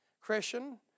Christian